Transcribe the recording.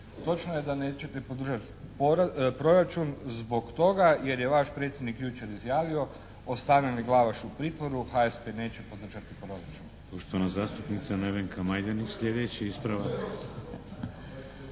Točno je da nećete podržati proračun zbog toga jer je vaš predsjednik jučer izjavio: «Ostane li Glavaš u pritvoru HSP neće podržati proračun.» **Šeks, Vladimir (HDZ)** Poštovana zastupnica Nevenka Majdenić, sljedeći ispravak.